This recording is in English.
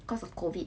cause of COVID